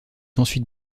ensuite